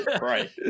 Right